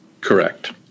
Correct